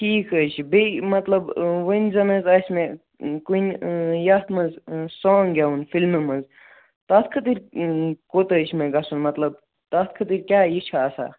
ٹھیٖک حظ چھُ بیٚیہِ مطلب وۅنۍ زن حظ آسہِ مےٚ کُنہِ یَتھ منٛز سوانٛگ گٮ۪وُن فِلمہِ منٛز تَتھ خٲطرٕ کوٚت حظ چھُ مےٚ گَژھُن مطلب تَتھ خٲطر کیٛاہ یہِ چھُ آسان